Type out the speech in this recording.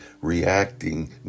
reacting